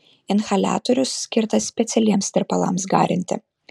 inhaliatorius skirtas specialiems tirpalams garinti